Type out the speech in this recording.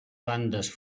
bandes